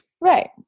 right